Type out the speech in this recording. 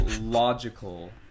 logical